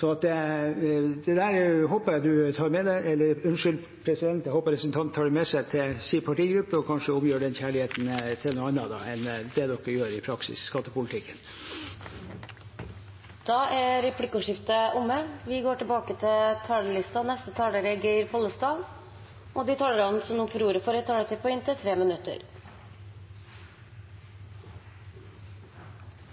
det håper jeg du tar med deg – unnskyld, president, jeg håper representanten tar det med seg til sin partigruppe og kanskje omgjør den kjærligheten til noe annet enn det man gjør i praksis i skattepolitikken. Replikkordskiftet er omme. De talere som heretter får ordet, har også en taletid på inntil 3 minutter.